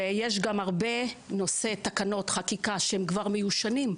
יש את נושא תקנות, חקיקה, שהם כבר מיושנים.